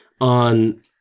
on